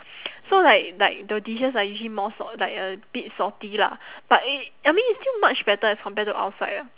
so like like the dishes are usually more salt~ like a bit salty lah but it I mean it's still much better as compared to outside ah